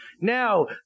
Now